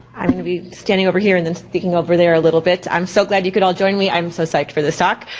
i'm going to be standing over here and then speaking over there a little bit. i'm so glad you could all join me. i'm so psyched for this talk.